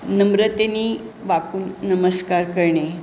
नम्रतेने वाकून नमस्कार करणे